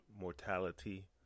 mortality